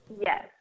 Yes